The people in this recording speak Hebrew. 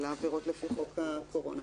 על העבירות לפי חוק הקורונה.